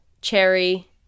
cherry